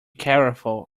careful